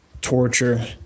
torture